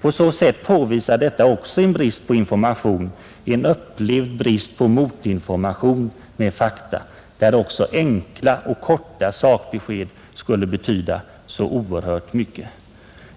På så sätt visar uppropet också en brist på information, en upplevd brist på motinformation med fakta, där även enkla och korta sakbesked skulle betyda oerhört mycket.